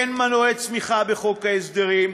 אין מנועי צמיחה בחוק ההסדרים.